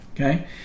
okay